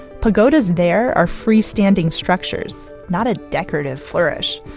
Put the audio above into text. pagodas there are freestanding structures, not a decorative flourish.